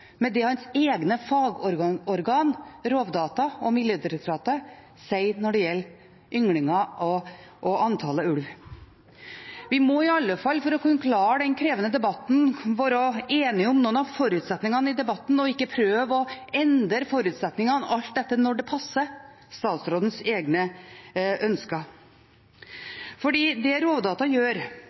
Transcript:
med det hans egne fagorgan, Rovdata og Miljødirektoratet, sier når det gjelder ynglinger og antallet ulv. Vi må i alle fall, for å kunne klare den krevende debatten, være enige om noen av forutsetningene i debatten og ikke prøve å endre forutsetningene alt etter når det passer statsrådens egne ønsker. Det Rovdata gjør,